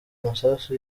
amasasu